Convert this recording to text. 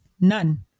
none